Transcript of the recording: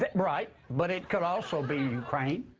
right. but it could also be ukraine.